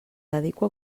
dedico